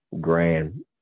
grand